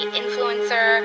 influencer